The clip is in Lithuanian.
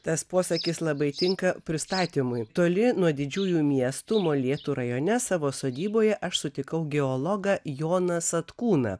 tas posakis labai tinka pristatymui toli nuo didžiųjų miestų molėtų rajone savo sodyboje aš sutikau geologą joną satkūną